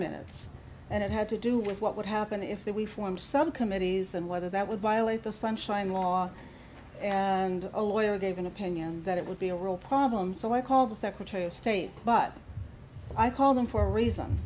minutes and it had to do with what would happen if they we formed some committees and whether that would violate the sunshine law and a lawyer gave an opinion that it would be a real problem so i called the secretary of state but i called them for a reason